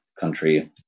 country